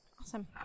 Awesome